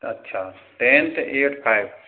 अच्छा tenth eight five